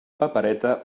papereta